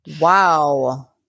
Wow